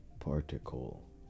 Particle